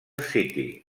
city